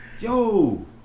yo